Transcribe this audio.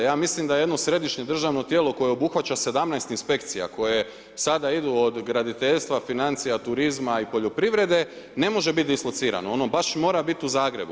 Ja mislim da jedno središnje državno tijelo koje obuhvaća 17 inspekcija koje sada idu od graditeljstva, financija, turizma i poljoprivrede, ne možete biti dislocirano, ono baš mora biti u Zagrebu.